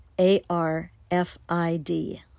A-R-F-I-D